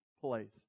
place